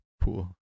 pool